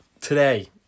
today